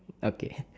okay